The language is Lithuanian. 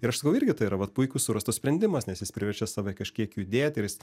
ir aš sakau irgi tai yra puikūs surastas sprendimas nes jis priverčia save kažkiek judėti ir jis